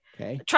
Okay